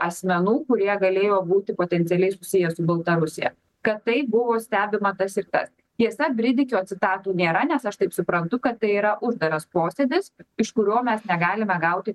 asmenų kurie galėjo būti potencialiai susiję su baltarusija kad taip buvo stebima tas ir tas tiesa bridikio citatų nėra nes aš taip suprantu kad tai yra uždaras posėdis iš kurio mes negalime gauti